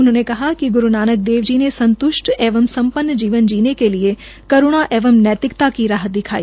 उन्होंने कहा कि ग्रू नानक देवी जी ने संतृष्ट एवं सम्पन्न जीवन जीने के लिए करूणा एवं नैतिकता की राह दिखाई